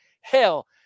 hell